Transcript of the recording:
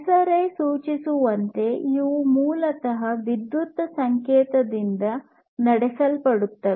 ಹೆಸರೇ ಸೂಚಿಸುವಂತೆ ಇವು ಮೂಲತಃ ವಿದ್ಯುತ್ ಸಂಕೇತದಿಂದ ನಡೆಸಲ್ಪಡುತ್ತವೆ